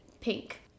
pink